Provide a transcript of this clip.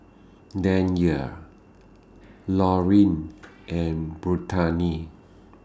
Danyell Laureen and Brittani